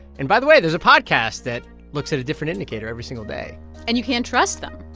and by the way, there's a podcast that looks at a different indicator every single day and you can't trust them.